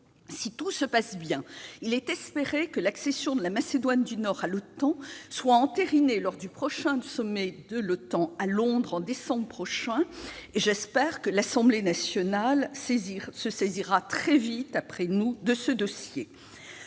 Si tout se passe bien, l'accession de la Macédoine du Nord à l'OTAN sera entérinée lors du prochain sommet de l'OTAN, à Londres, en décembre 2019. J'espère que l'Assemblée nationale se saisira très vite après nous de ce dossier